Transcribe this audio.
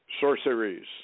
Sorceries